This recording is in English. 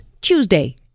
Tuesday